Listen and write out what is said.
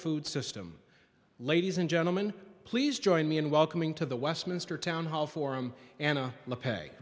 food system ladies and gentlemen please join me in welcoming to the westminster town hall forum and the pay